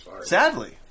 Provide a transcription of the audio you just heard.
Sadly